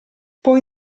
poi